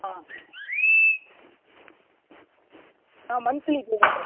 ஆ நான் monthly pay பண்ணுறேன் sir